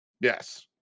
yes